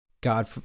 god